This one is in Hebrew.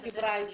היא דיברה איתי,